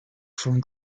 from